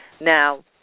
Now